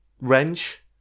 wrench